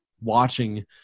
watching